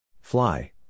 Fly